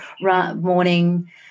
morning